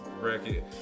bracket